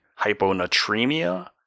hyponatremia